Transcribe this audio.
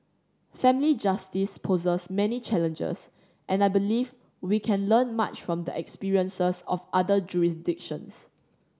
family justice poses many challenges and I believe we can learn much from the experiences of other jurisdictions